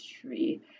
tree